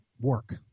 work